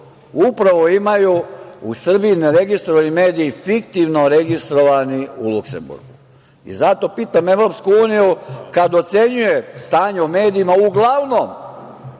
upravo imaju u Srbiji neregistrovani mediji fiktivno registrovani u Luksemburgu. Zato pitam EU, kada ocenjuje stanje u medijima, uglavnom